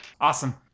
Awesome